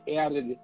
added